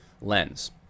lens